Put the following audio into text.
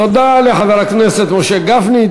תודה לחבר הכנסת משה גפני.